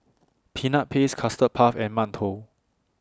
Peanut Paste Custard Puff and mantou